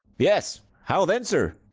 yes, how then, sir?